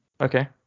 Okay